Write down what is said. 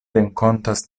renkontas